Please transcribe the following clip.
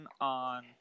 on